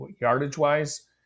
yardage-wise